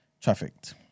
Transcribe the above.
trafficked